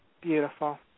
beautiful